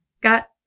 got